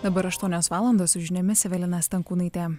dabar aštuonios valandos su žiniomis evelina stankūnaitė